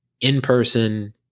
in-person